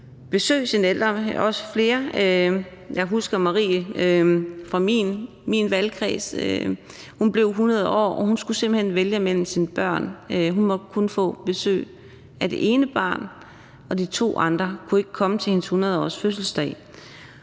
besøge sine ældre, også flere ad gangen. Jeg husker Marie fra min valgkreds – hun blev 100 år, og hun skulle simpelt hen vælge mellem sine børn, for hun måtte kun få besøg af det ene, og de to andre kunne ikke komme til hendes 100-årsfødselsdag.